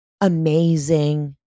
amazing